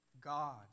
God